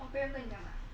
我不要跟你干吗